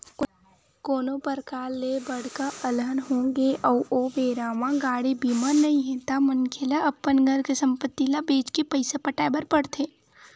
कोनो परकार ले बड़का अलहन होगे अउ ओ बेरा म गाड़ी बीमा नइ हे ता मनखे ल अपन घर के संपत्ति ल बेंच के पइसा पटाय बर पड़थे